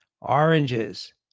oranges